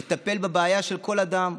לטפל בבעיה של כל אדם.